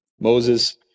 Moses